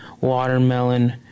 watermelon